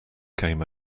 came